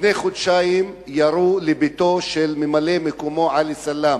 לפני חודשיים ירו לביתו של ממלא-מקומו עלי סלאם,